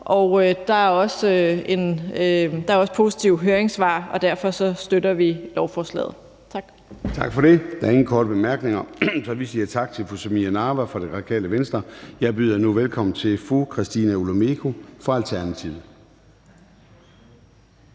og der er også positive høringssvar, og derfor støtter vi lovforslaget. Tak. Kl. 23:54 Formanden (Søren Gade): Tak for det. Der er ingen korte bemærkninger. Så vi siger tak til fru Samira Nawa fra Radikale Venstre. Jeg byder nu velkommen til fru Christina Olumeko fra Alternativet.